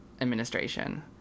administration